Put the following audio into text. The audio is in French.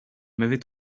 m’avait